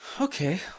Okay